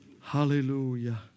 Hallelujah